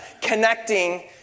connecting